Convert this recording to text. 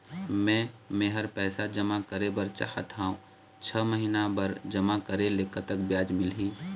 मे मेहर पैसा जमा करें बर चाहत हाव, छह महिना बर जमा करे ले कतक ब्याज मिलही?